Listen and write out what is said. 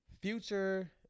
future